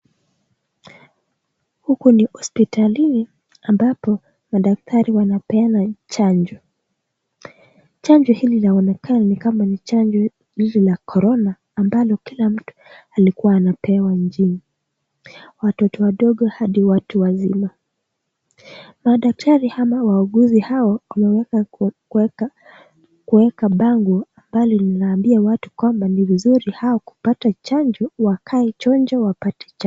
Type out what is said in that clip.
Huku ni hospitalini ambapo madaktari wanapeana chanjo. Chanjo hili laonekana nikama chanjo la korona ambalo kila mtu alikuwa anapewa nchini. Watoto wadogo hadi watuwazima. Madaktari ama wahuguzi hao wameeka bango ambalo linaambia watu kwamba ni vizuri wao kupata chanjo wake chonjo wapate chanjo.